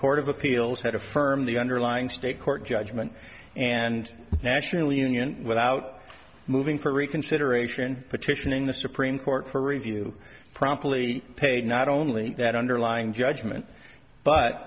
court of appeals had affirmed the underlying state court judgment and national union without moving for reconsideration petitioning the supreme court for review promptly paid not only that underlying judgment but